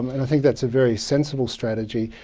and i think that's a very sensible strategy.